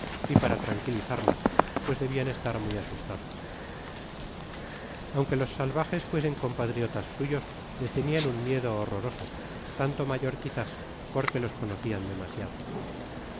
y para tranquilizarlas pues debian estar muy asustadas aunque los salvajes fuesen compatriotas suyos les tenian un miedo horroroso tanto mayor quizás porque los conocian demasiado